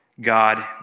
God